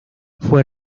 fue